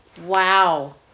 wow